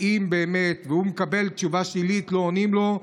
והוא מקבל תשובה שלילית, לא עונים לו.